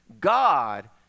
God